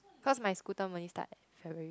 cause my school term only start at February